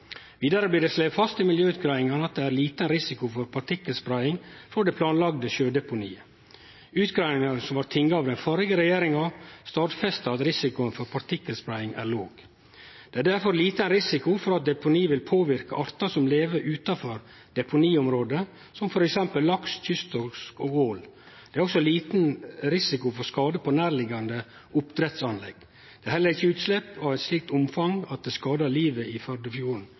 Vidare blir det slege fast i miljøutgreiingane at det er liten risiko for partikkelspreiing frå det planlagde sjødeponiet. Utgreiingane som vart tinga av den førre regjeringa, stadfester at risikoen for partikkelspreiing er låg. Det er derfor liten risiko for at deponiet vil påverke artar som lever utanfor deponiområdet, som t.d. laks, kysttorsk og ål. Det er også liten risiko for skader på nærliggjande oppdrettsanlegg. Det er heller ikkje utslepp av eit slikt omfang at det skader livet i Førdefjorden.